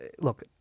look